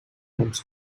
comes